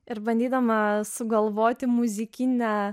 ir bandydama sugalvoti muzikinę